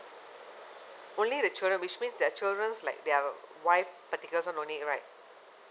only the children which means their children's like their wife particulars one no need right